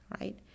right